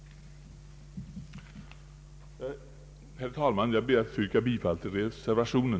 Herr talman! Jag ber att få yrka bifall till reservationen.